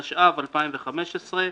התשע"ו-2015,